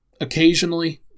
Occasionally